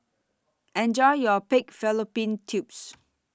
Enjoy your Pig Fallopian Tubes